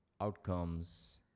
outcomes